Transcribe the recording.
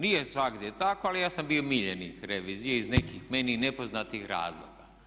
Nije svugdje tako ali ja sam bio miljenik revizije iz nekih meni nepoznatih razloga.